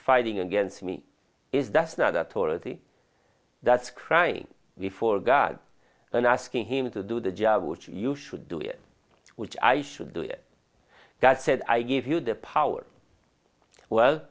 fighting against me is that's not authority that's crying before god and asking him to do the job which you should do it which i should do it that said i give you the power well